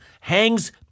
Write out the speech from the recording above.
hangs